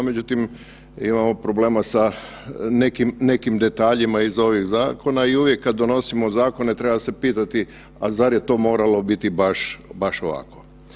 Međutim, imamo problema sa nekim, nekim detaljima iz ovih zakona i uvijek kad donosimo zakone treba se pitati, a zar je to moralo biti baš ovako.